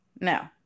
No